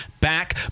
back